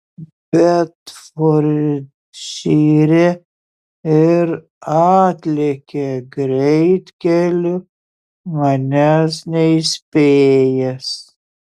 bedfordšyre ir atlėkė greitkeliu manęs neįspėjęs